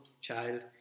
child